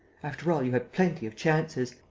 after all you had plenty of chances.